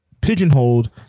pigeonholed